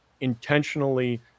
intentionally